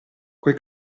coi